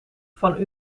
van